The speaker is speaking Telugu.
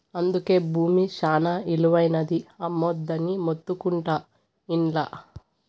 అందుకే బూమి శానా ఇలువైనది, అమ్మొద్దని మొత్తుకుంటా ఉండ్లా